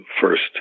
first